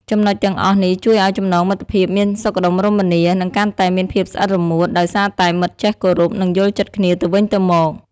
ចំណុចទាំងអស់នេះ ជួយឱ្យចំណងមិត្តភាពមានសុខដុមរមនា និងកាន់តែមានភាពស្អិតរមួត ដោយសារតែមិត្តចេះគោរព និងយល់ចិត្តគ្នាទៅវិញទៅមក។